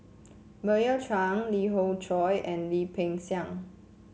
Meira Chand Lee Khoon Choy and Lim Peng Siang